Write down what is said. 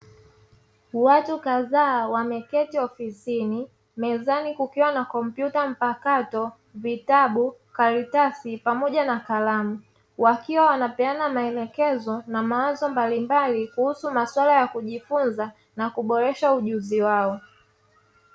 Watu kadhaa wameketi ofisini mezani kukiwa na kompyuta mpakato, vitabu, karatasi pamoja na kalamu. Wakiwa wanapeana maelekezo na mawazo mbalimbali kuhusu masuala ya kujifunza na kuboresha ujuzi wao.